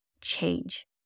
change